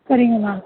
சரிங்க மேம்